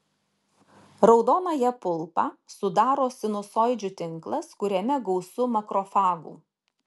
raudonąją pulpą sudaro sinusoidžių tinklas kuriame gausu makrofagų